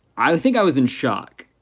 i think i was in shock.